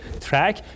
track